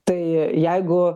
tai jeigu